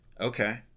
Okay